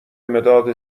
مداد